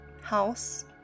house